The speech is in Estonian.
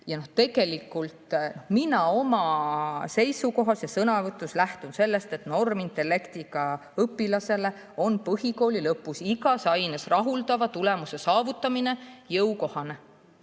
arusaadav. Mina oma seisukohas ja sõnavõtus lähtun sellest, et normintellektiga õpilasele on põhikooli lõpus igas aines rahuldava tulemuse saavutamine jõukohane.